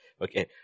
Okay